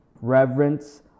reverence